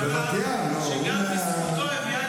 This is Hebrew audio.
אני רק אזכיר לך את הסכם הגז,